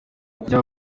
kujya